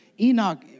Enoch